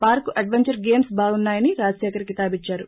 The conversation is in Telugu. వార్కు అడ్వెంచర్ గేమ్స్ బాగున్నా యని రాజశేఖర్ కితాబిచ్చారు